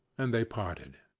and they parted.